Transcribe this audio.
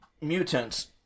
mutants